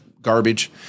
garbage